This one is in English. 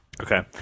Okay